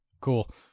Cool